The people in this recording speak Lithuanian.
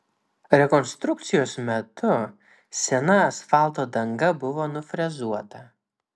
rekonstrukcijos metu sena asfalto danga buvo nufrezuota